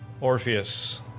Orpheus